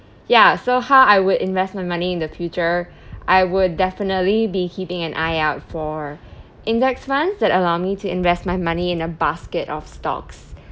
ya so how I would invest my money in the future I would definitely be keeping an eye out for index funds that allow me to invest my money in a basket of stocks